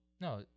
No